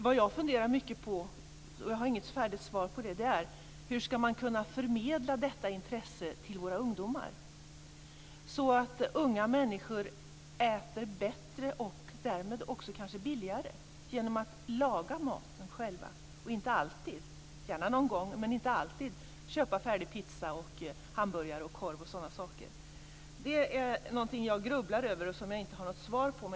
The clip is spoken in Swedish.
Vad jag funderar mycket på, men jag har inget färdigt svar, är hur man skall kunna förmedla detta intresse till våra ungdomar, så att unga människor äter bättre och därmed kanske också billigare genom att laga maten själva och inte alltid, gärna någon gång, köpa färdig pizza, hamburgare, korv och liknande. Detta är någonting som jag grubblar över, men som jag inte har något svar på.